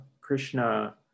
Krishna